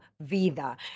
Vida